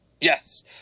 Yes